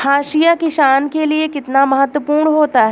हाशिया किसान के लिए कितना महत्वपूर्ण होता है?